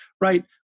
right